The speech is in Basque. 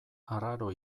arraro